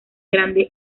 grande